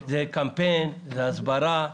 זה קמפיין, זה הסברה.